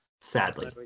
Sadly